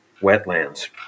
wetlands